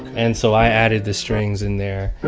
and so i added the strings in there